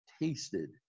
tasted